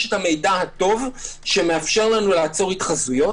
המידע הטוב שמאפשר לנו לעצור התחזויות,